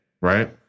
right